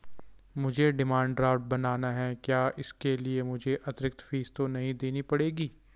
मुझे demand draft बनाना है क्या इसके लिए मुझे अतिरिक्त फीस तो नहीं देनी पड़ेगी?